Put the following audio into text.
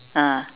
ah